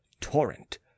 torrent